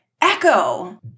Echo